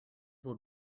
will